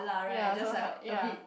ya so hard ya